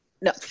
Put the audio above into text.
No